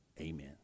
Amen